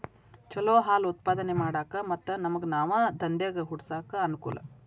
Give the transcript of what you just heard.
ಚಲೋ ಹಾಲ್ ಉತ್ಪಾದನೆ ಮಾಡಾಕ ಮತ್ತ ನಮ್ಗನಾವ ದಂದೇಗ ಹುಟ್ಸಾಕ ಅನಕೂಲ